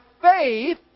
faith